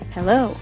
Hello